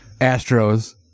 Astros